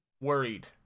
worried